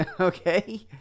Okay